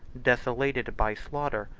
desolated by slaughter,